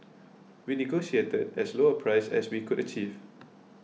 we negotiated as low a price as we could achieve